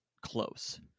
close